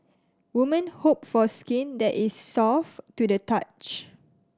women hope for skin that is soft to the touch